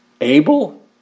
Abel